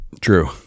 True